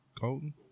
Colton